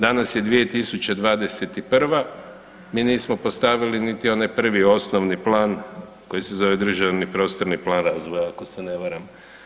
Danas je 2021., mi nismo postavili niti onaj prvi osnovni plan koji se zove „Državni prostorni plan razvoja“ ako se ne varam.